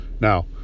Now